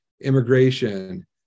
immigration